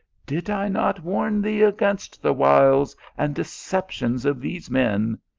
did i not warn thee against the wiles and deceptions of these men?